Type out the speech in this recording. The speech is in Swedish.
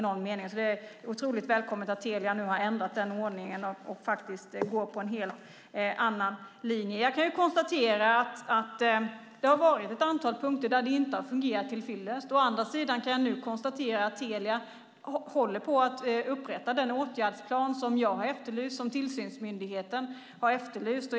Det är således otroligt välkommet att Telia ändrat på den ordningen och nu går på en annan linje. Jag kan konstatera att det på ett antal punkter inte fungerat till fyllest. Å andra sidan kan jag nu konstatera att Telia håller på att upprätta den åtgärdsplan som jag och tillsynsmyndigheten har efterlyst.